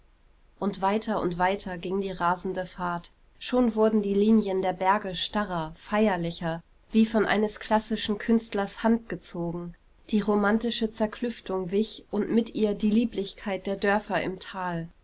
und weiter und weiter ging die rasende fahrt schon wurden die linien der berge starrer feierlicher wie von eines klassischen künstlers hand gezogen die romantische zerklüftung wich und mit ihr die lieblichkeit der dörfer im tal